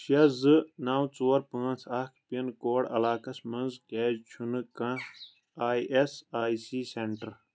شیٚے زٕ نو ژور پانٛژھ اکھ پِنکوڈ علاقس منٛز کیٛازِ چھُنہٕ کانٛہہ I S I C centre